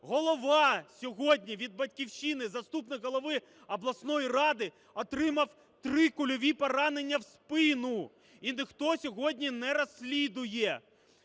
голова сьогодні від "Батьківщини", заступник голови обласної ради, отримав три кульові поранення в спину, і ніхто сьогодні не розслідує.